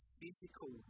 physical